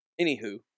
anywho